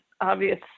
obvious